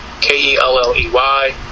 K-E-L-L-E-Y